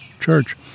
church